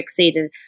fixated